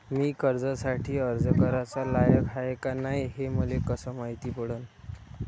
मी कर्जासाठी अर्ज कराचा लायक हाय का नाय हे मले कसं मायती पडन?